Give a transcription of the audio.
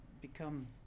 become